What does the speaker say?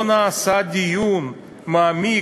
לא נעשה דיון מעמיק,